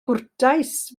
gwrtais